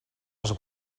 els